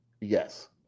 Yes